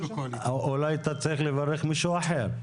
אולי אתה צריך לברך מישהו אחר.